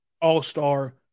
all-star